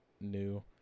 new